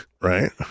Right